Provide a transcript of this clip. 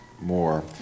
more